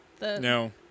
No